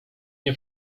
nie